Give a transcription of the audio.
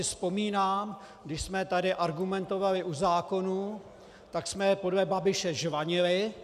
Vzpomínám si, když jsme tady argumentovali u zákonů, tak jsme jen podle Babiše žvanili.